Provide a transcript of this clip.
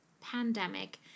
pandemic